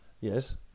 Yes